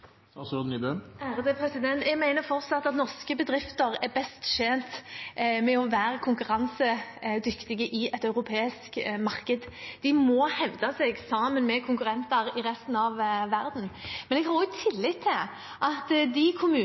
Jeg mener fortsatt at norske bedrifter er best tjent med å være konkurransedyktige i et europeisk marked. De må hevde seg sammen med konkurrenter i resten av verden. Men jeg har også tillit til at våre kommunestyrerepresentanter, enten de